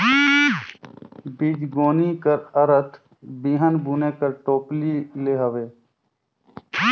बीजगोनी कर अरथ बीहन बुने कर टोपली ले हवे